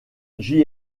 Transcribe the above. j’y